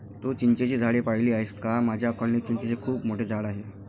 तू चिंचेची झाडे पाहिली आहेस का माझ्या कॉलनीत चिंचेचे खूप मोठे झाड आहे